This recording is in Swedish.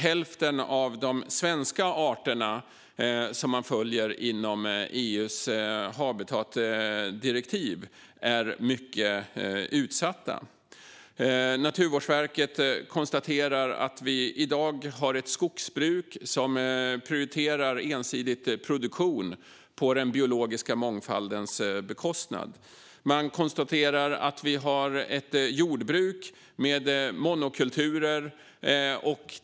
Hälften av de svenska arter som man följer inom EU:s habitatdirektiv är mycket utsatta. Naturvårdsverket konstaterar att vi i dag har ett skogsbruk som ensidigt prioriterar produktion på den biologiska mångfaldens bekostnad. Man konstaterar att vi har ett jordbruk med monokulturer.